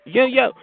Yo-yo